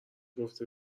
گفته